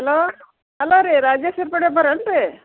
hello hello ರೀ ರಾಜೇಶ್ವರಿ ಮೇಡಮರು ಏನು ರೀ